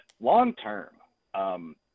long-term